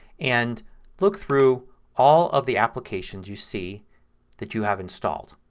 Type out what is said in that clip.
and look through all of the applications you see that you have installed.